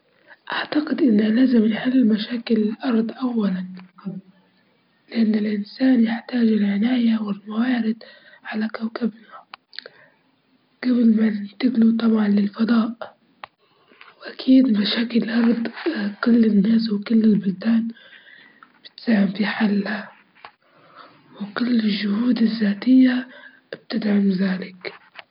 أكيد الفن بيعبر عن المشاعر والتجارب البشرية لكن الآلات ما توصلش الفكرة بشكل دقيق ومش كامل، لكن طبيعي الفن غيرها لكن الفن يعبر عن المشاعر والتج- والتجارب البشرية، الآلات ممكن تج- تنتج تنتج أعمال تشبه الفن لكن أكثر دقة.